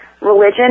religion